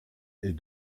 est